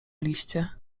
liście